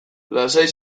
lasai